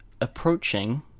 approaching